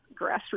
grassroots